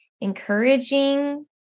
encouraging